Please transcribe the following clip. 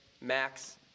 max